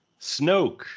Snoke